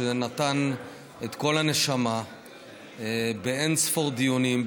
שנתן את כל הנשמה באין-ספור דיונים,